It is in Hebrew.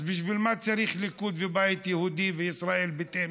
אז בשביל מה צריך ליכוד ובית יהודי וישראל ביתנו?